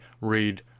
read